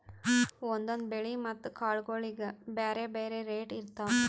ಒಂದೊಂದ್ ಬೆಳಿ ಮತ್ತ್ ಕಾಳ್ಗೋಳಿಗ್ ಬ್ಯಾರೆ ಬ್ಯಾರೆ ರೇಟ್ ಇರ್ತವ್